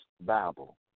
Bible